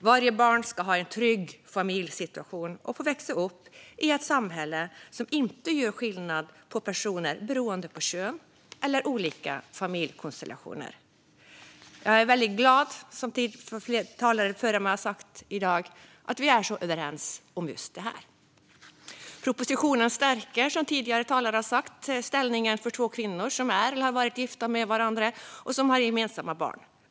Varje barn ska ha en trygg familjesituation och få växa upp i ett samhälle som inte gör skillnad på personer beroende på kön eller olika familjekonstellationer. Jag är väldigt glad att vi, som flera talare före mig har sagt i dag, är så överens om just detta. Propositionen stärker, som tidigare talare har sagt, ställningen för två kvinnor som är eller har varit gifta med varandra och som har gemensamma barn.